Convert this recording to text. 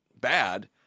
bad